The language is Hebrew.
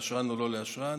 ולאשרן או לא לאשרן